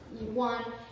one